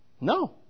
No